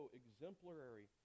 exemplary